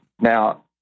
Now